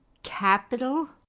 capital,